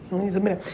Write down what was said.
needs a minute.